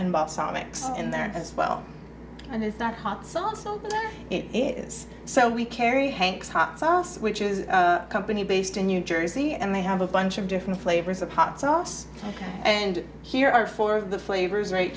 and bought some mix in there as well and it's not hot sauce so it is so we carry hanks hot sauce which is a company based in new jersey and they have a bunch of different flavors of hot sauce and here are four of the flavors right